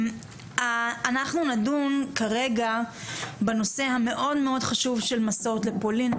אנחנו נדון כרגע בנושא המאוד מאוד חשוב של מסעות לפולין.